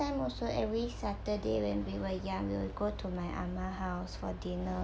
time also every saturday when we were young we'll go to my ah-ma house for dinner